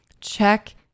Check